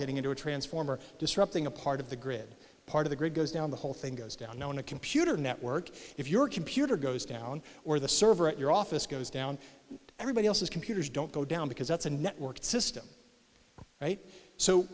getting into a transformer disrupting a part of the grid part of the grid goes down the whole thing goes down now in a computer network if your computer goes down or the server at your office goes down everybody else's computers don't go down because that's a networked system right so